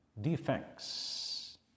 defects